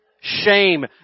shame